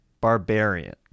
Barbarian